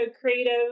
creative